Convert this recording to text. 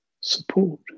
support